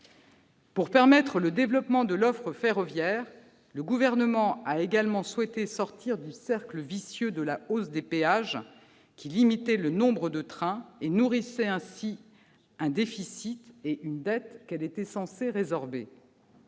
pour permettre le développement de l'offre ferroviaire, le Gouvernement a également souhaité sortir du cercle vicieux de la hausse des péages, qui limitait le nombre de trains et nourrissait ainsi un déficit et une dette qu'elle était censée résorber.